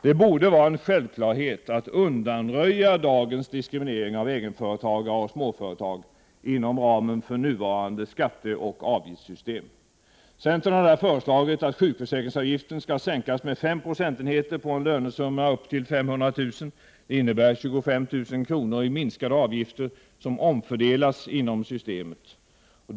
Det borde vara en självklarhet att undanröja dagens diskriminering av egenföretagare och småföretag inom ramen för nuvarande skatteoch avgiftssystem. Centern har föreslagit, att sjukförsäkringsavgiften skall sänkas med fem procentenheter på en lönesumma upp till 500 000 kr. Det innebär 25 000 kr. i minskade avgifter som omfördelas inom systemet.